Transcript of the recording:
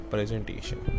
Presentation